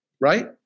right